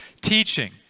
teaching